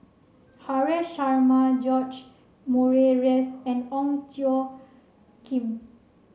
Haresh Sharma George Murray Reith and Ong Tjoe Kim